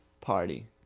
party